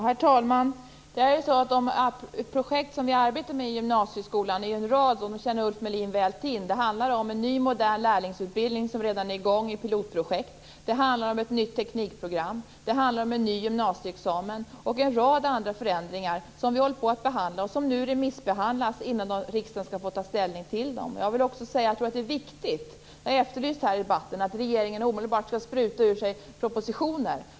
Herr talman! Ett av de projekt som vi arbetar med i gymnasieskolan - och det känner Ulf Melin väl till - handlar om en ny modern lärlingsutbildning som redan är i gång med pilotprojekt. Det handlar om ett nytt teknikprogram. Det handlar också om en ny gymnasieexamen och en rad andra förändringar som vi håller på att behandla. Nu remissbehandlas dessa innan riksdagen får ta ställning till dem. Jag vill också säga något annat som jag tror är viktigt. Det har efterlysts här i debatten att regeringen omedelbart skall spruta ur sig propositioner.